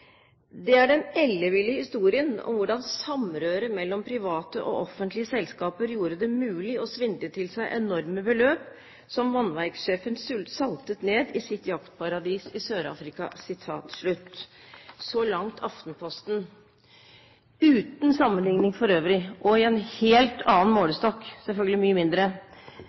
«Det er den elleville historien om hvordan samrøret mellom private og offentlige selskaper gjorde det mulig å svindle til seg enorme beløp som vannverkssjefen saltet ned i sitt jaktparadis i Sør-Afrika.» Så langt Aftenposten. Uten sammenligning for øvrig og i en helt annen målestokk – selvfølgelig mye mindre